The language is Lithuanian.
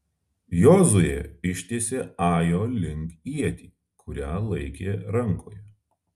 jozuė ištiesė ajo link ietį kurią laikė rankoje